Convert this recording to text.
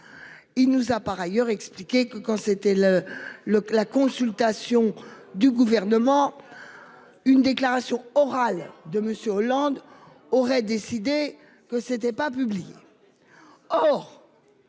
Il nous a par ailleurs expliqué que quand c'était le le que la consultation du gouvernement. Une déclaration orale de Monsieur Hollande aurait décidé que c'était pas publié.